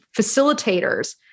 facilitators